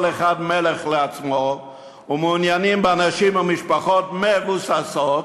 כל אחד מלך לעצמו ומעוניינים באנשים ומשפחות מבוססים.